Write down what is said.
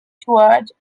toured